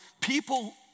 people